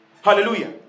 Hallelujah